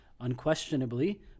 unquestionably